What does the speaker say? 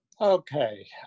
okay